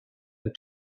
and